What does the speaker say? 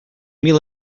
mil